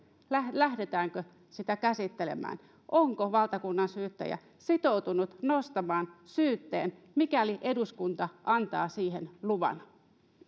lähdetäänkö sitä käsittelemään onko valtakunnansyyttäjä sitoutunut nostamaan syytteen mikäli eduskunta antaa siihen luvan